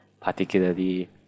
particularly